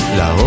la